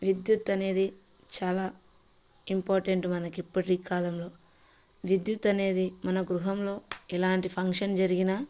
విద్యుత్ అనేది చాలా ఇంపార్టెంట్ మనకి ఇప్పటి కాలంలో విద్యుత్ అనేది మన గృహంలో ఎలాంటి ఫంక్షన్ జరిగినా